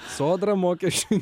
sodra mokesčių